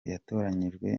yatoranijwe